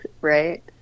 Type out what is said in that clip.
Right